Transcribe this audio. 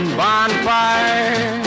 bonfire